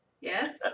Yes